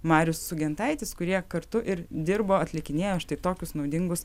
marius sugentaitis kurie kartu ir dirbo atlikinėjo štai tokius naudingus